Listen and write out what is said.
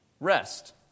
Rest